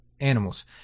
animals